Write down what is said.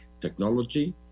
technology